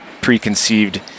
preconceived